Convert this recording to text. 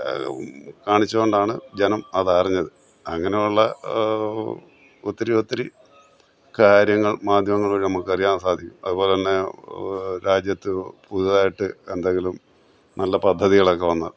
കാണിച്ചു കൊണ്ടാണ് ജനം അതറിഞ്ഞത് അങ്ങനെ ഉള്ള ഒത്തിരി ഒത്തിരി കാര്യങ്ങൾ മാധ്യമങ്ങൾ വഴി നമുക്ക് അറിയാൻ സാധിക്കും അതുപോലെതന്നെ രാജ്യത്ത് പുതുതായിട്ട് എന്തെങ്കിലും നല്ല പദ്ധതികളൊക്കെ വന്നാൽ